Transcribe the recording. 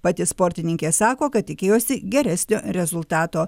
pati sportininkė sako kad tikėjosi geresnio rezultato